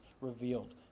revealed